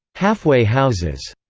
halfway houses.